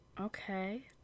Okay